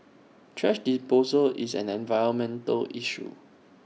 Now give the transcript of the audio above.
thrash disposal is an environmental issue